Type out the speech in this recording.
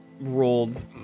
rolled